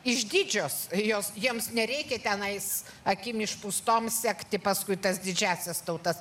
išdidžios jos jiems nereikia tenais akim išpūstom sekti paskui tas didžiąsias tautas